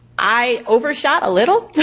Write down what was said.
i overshot a little.